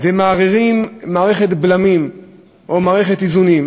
ומערערים מערכת בלמים או מערכת איזונים,